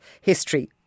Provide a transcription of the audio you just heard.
history